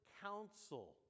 counsel